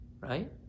right